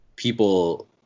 people